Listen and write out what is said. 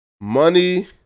money